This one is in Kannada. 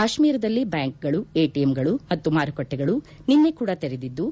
ಕಾಶ್ಮೀರದಲ್ಲಿ ಬ್ಯಾಂಕ್ಗಳು ಎಟಿಎಂಗಳು ಮತ್ತು ಮಾರುಕಟ್ಟೆಗಳು ನಿನ್ನೆ ಕೂಡ ತೆರೆದಿದ್ದು